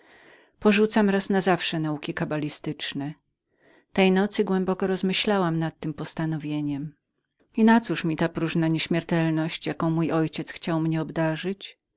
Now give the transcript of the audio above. porzucam raz na zawsze nauki kabalistyczne tej nocy głęboko rozmyślałam nad tem postanowieniem i na cóż mi ta próżna nieśmiertelność jaką mój ojciec chciał mnie obdarzyć